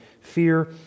fear